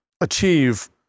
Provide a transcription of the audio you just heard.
achieve